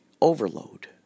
overload